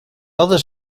other